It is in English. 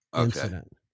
incident